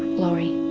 laurie